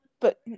But-